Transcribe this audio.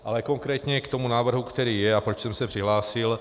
Ale konkrétně k tomu návrhu, který je a proč jsem se přihlásil.